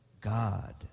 God